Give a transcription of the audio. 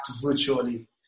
virtually